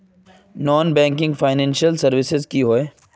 Non banking financial services की होय?